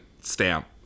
stamp